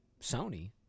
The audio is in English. Sony